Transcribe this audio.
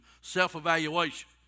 self-evaluation